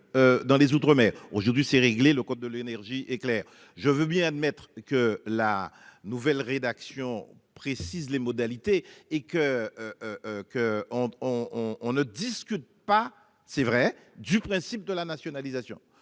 Dans les outre-mer aujourd'hui, c'est réglé le compte de l'énergie et clair, je veux bien admettre que la nouvelle rédaction précise les modalités et que. Que on on on ne discute pas. C'est vrai du principe de la nationalisation.